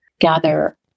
gather